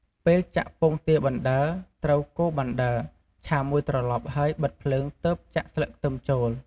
ពេលចាក់ពងទាបណ្ដើរ ត្រូវកូរបណ្ដើរ ឆាមួយត្រឡប់ហើយបិទភ្លើងទើបចាក់ស្លឹកខ្ទឹមចូល។